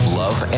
love